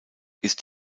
ist